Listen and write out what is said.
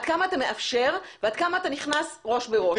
עד כמה אתה מאפשר ועד כמה אתה נכנס ראש בראש.